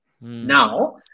now